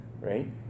right